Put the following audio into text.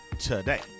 today